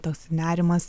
tas nerimas